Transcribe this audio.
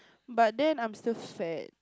but then I'm still fat